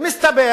ומסתבר